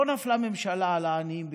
לא נפלה ממשלה על העניים בישראל,